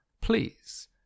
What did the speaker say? please